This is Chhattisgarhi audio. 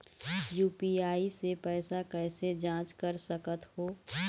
यू.पी.आई से पैसा कैसे जाँच कर सकत हो?